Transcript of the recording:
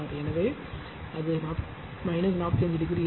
எனவே அது 45 டிகிரி இருக்கும்